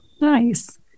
Nice